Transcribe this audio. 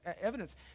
evidence